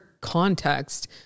context